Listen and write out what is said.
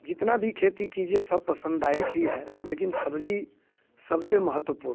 जितनी भी खेती कीजिए सब पसंद आए ही है लेकिन सब्ज़ी सब से महत्वपूर्ण है